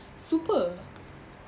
super